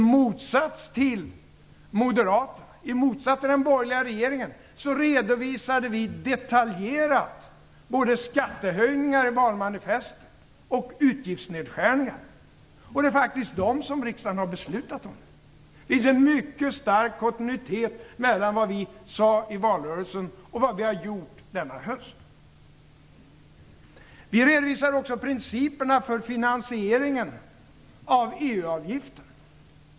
I motsats till moderaterna och den borgerliga regeringen redovisade vi detaljerat både skattehöjningar och utgiftsnedskärningar i valmanifestet. Det är faktiskt dem som riksdagen har beslutat om. Det finns en mycket stark kontinuitet i vad vi sade i valrörelsen och vad vi har gjort denna höst. Vi redovisade också principerna för finansieringen av EU-avgiften.